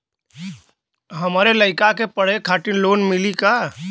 हमरे लयिका के पढ़े खातिर लोन मिलि का?